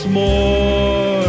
more